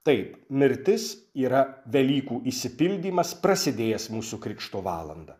taip mirtis yra velykų išsipildymas prasidėjęs mūsų krikšto valandą